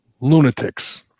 lunatics